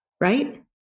Right